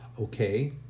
Okay